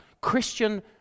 Christian